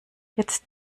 jetzt